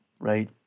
Right